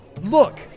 Look